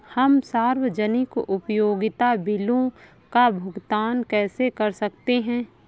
हम सार्वजनिक उपयोगिता बिलों का भुगतान कैसे कर सकते हैं?